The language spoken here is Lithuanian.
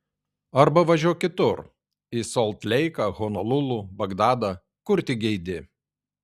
arba važiuok kitur į solt leiką honolulu bagdadą kur tik geidi